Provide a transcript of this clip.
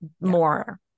more